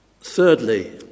Thirdly